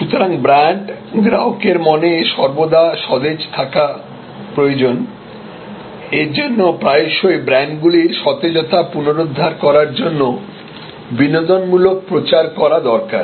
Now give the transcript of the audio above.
সুতরাং ব্র্যান্ড গ্রাহকের মনে সর্বদা সতেজ থাকা প্রয়োজন এজন্য প্রায়শই ব্র্যান্ডগুলির সতেজতা পুনরুদ্ধার করার জন্য বিনোদনমূলক প্রচার করা দরকার